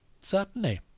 Certainly